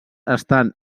estan